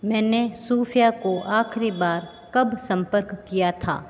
मैंने सूफ़िया को आखरी बार कब संपर्क किया था